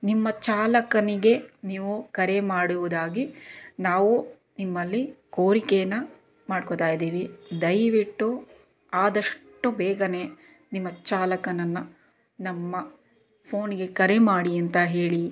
ನಿಮ್ಮ ಚಾಲಕನಿಗೆ ನೀವು ಕರೆಮಾಡುವುದಾಗಿ ನಾವು ನಿಮ್ಮಲ್ಲಿ ಕೋರಿಕೆಯನ್ನು ಮಾಡ್ಕೋಳ್ತಾಯಿದ್ದೀವಿ ದಯವಿಟ್ಟು ಆದಷ್ಟು ಬೇಗನೆ ನಿಮ್ಮ ಚಾಲಕನನ್ನು ನಮ್ಮ ಫೋನ್ಗೆ ಕರೆ ಮಾಡಿ ಅಂತ ಹೇಳಿ